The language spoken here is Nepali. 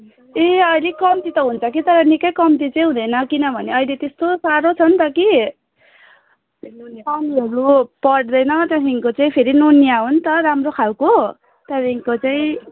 ए अहिले कम्ती त हुन्छ कि तर निकै कम्ती चाहिँ हुँदैन किनभने अहिले त्यस्तो साह्रो छ नि त कि पानीहरू पर्दैन त्यहाँदेखिन्को चाहिँ फेरि नुनिया हो नि त राम्रो खालको त्यहाँदेखिन्को चाहिँ